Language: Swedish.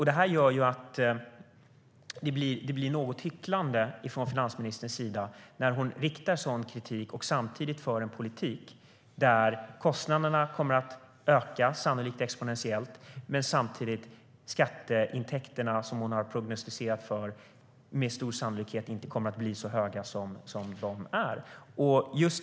Det gör att det känns något hycklande när finansministern riktar sådan kritik och samtidigt för en politik där kostnaderna kommer att öka, sannolikt exponentiellt, medan de skatteintäkter som hon prognostiserat med stor sannolikhet inte kommer att bli så stora som det var tänkt.